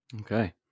Okay